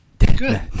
Good